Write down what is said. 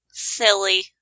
Silly